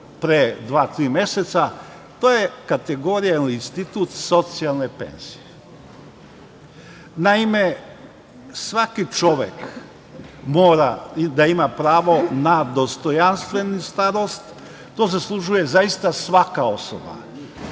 tri meseca, to je kategorija ili institut socijalne penzije. Naime, svaki čovek mora da ima pravo na dostojanstvenu starost. To zaslužuje zaista svaka osoba.